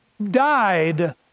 Died